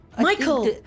Michael